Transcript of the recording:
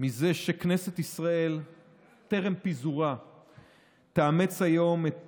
מזה שכנסת ישראל טרם פיזורה תאמץ היום את